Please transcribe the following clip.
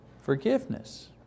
forgiveness